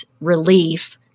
relief